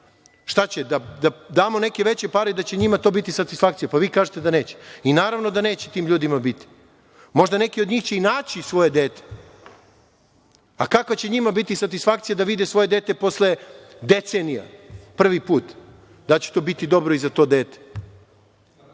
istina. Da damo neke veće pare i da će to njima biti satisfakcija? Pa, vi kažete da neće. Naravno da neće tim ljudima biti. Možda neki od njih će i naći svoje dete, a kako će njima biti satisfakcija da vide svoje dete posle decenija prvi put, da li će to biti dobro i za to